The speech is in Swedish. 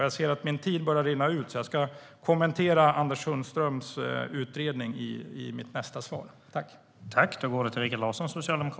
Jag ser att min tid rinner ut så jag kommer att kommentera Anders Sundströms utredning i mitt nästa svar.